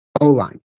O-line